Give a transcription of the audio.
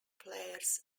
players